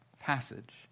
passage